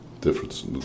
Difference